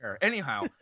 Anyhow